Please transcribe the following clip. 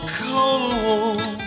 cold